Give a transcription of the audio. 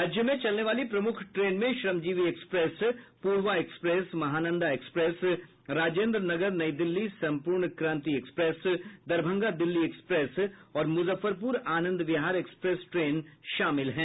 राज्य में चलने वाली प्रमुख ट्रेन में Shramjeevi express Poorva express Mahananda express Rajendra Nagar नई दिल्ली सम्पूर्णक्रांति दरभंगा दिल्ली एक्सप्रेस और मूजफ्फरपूर आनंद विहार एक्सप्रेस ट्रेन शामिल हैं